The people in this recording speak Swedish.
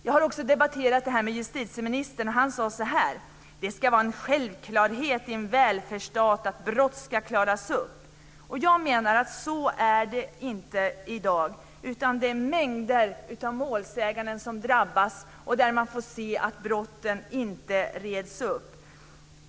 Jag har också debatterat det här med justitieministern, och han sade så här: Det ska vara en självklarhet i en välfärdsstat att brott ska klaras upp. Jag menar att det inte är så i dag. Det är mängder av målsägande som drabbas utan att man får se att brotten reds upp.